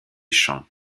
champs